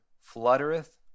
fluttereth